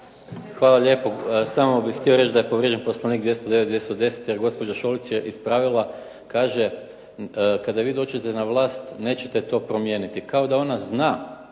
Hvala lijepo. Samo bih htio reći da je povrijeđen Poslovnik, 209., 210. jer gospođa Šolić je ispravila, kaže kada vi dođete na vlast nećete to promijeniti. Kao da ona zna